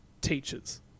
teachers